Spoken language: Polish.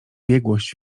biegłość